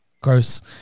Gross